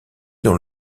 dans